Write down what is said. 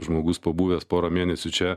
žmogus pabuvęs pora mėnesių čia